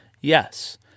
Yes